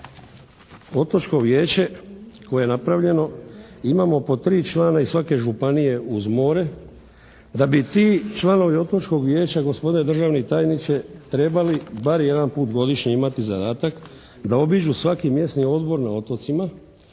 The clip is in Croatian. Otočko vijeće koje je napravljeno. Imamo po tri člana iz svake županije uz more. Da bi ti članovi Otočkog vijeća gospodine državni tajniče trebali jedan put godišnje imati zadatak da obiđu svaki mjesni odbor na otocima